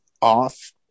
off